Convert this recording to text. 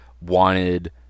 wanted